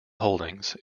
holdings